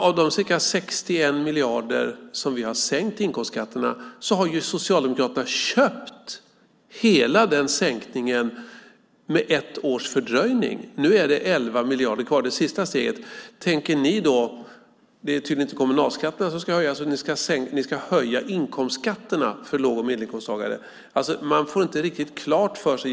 Av de ca 61 miljarder som vi har sänkt inkomstskatterna med har ju Socialdemokraterna köpt hela sänkningen med ett års fördröjning, och det är 11 miljarder kvar i det sista steget. Det är tydligen inte kommunalskatterna som ska höjas, utan ni ska höja inkomstskatterna för låg och medelinkomsttagare. Man får inte riktigt klart för sig vad som gäller.